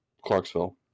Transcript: Clarksville